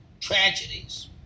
tragedies